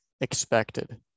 expected